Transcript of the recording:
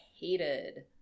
hated